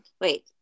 wait